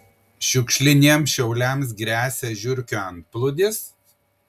šiukšliniems šiauliams gresia žiurkių antplūdis